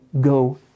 go